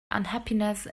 unhappiness